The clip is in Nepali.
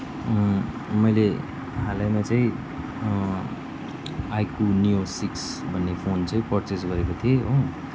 मैले हालैमा चाहिँ आइक्यू नियो सिक्स भन्ने फोन चाहिँ परचेज गरेको थिएँ हो